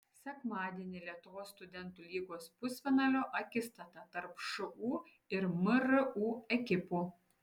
sekmadienį lietuvos studentų lygos pusfinalio akistata tarp šu ir mru ekipų